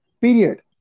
period